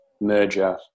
merger